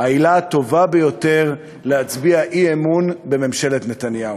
העילה הטובה ביותר להצביע אי-אמון בממשלת נתניהו.